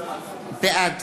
בעד